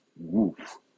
Woof